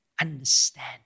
understand